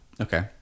Okay